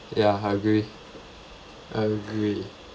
ya I agree agree